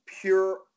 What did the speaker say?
Pure